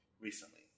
recently